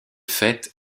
fait